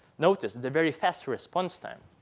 notice the very fast response time.